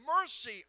mercy